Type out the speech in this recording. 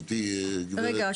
רגע,